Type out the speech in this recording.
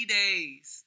days